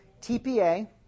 TPA